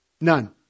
None